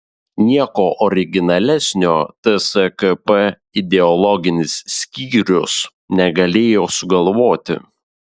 nieko originalesnio tskp ideologinis skyrius negalėjo sugalvoti